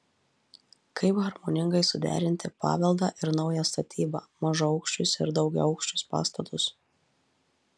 kaip harmoningai suderinti paveldą ir naują statybą mažaaukščius ir daugiaaukščius pastatus